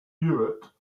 hewitt